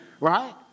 right